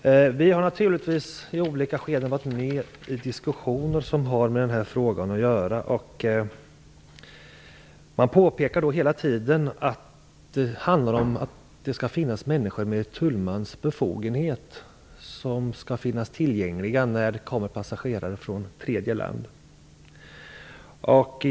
Vi har i olika skeden varit med i diskussioner som har med den här frågan att göra. Man påpekar hela tiden att det skall finnas människor med tullmans befogenhet tillgängliga när det kommer passagerare från tredje land.